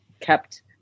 kept